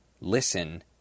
Listen